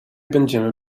będziemy